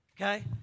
okay